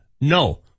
no